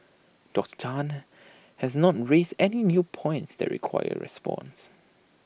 Doctor Tan has not raised any new points that require response